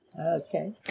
Okay